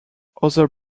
other